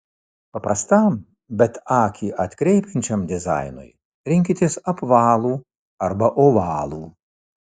paprastam bet akį atkreipiančiam dizainui rinkitės apvalų arba ovalų